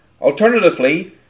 Alternatively